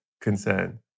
concern